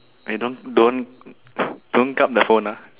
wait don't don't don't kup the phone uh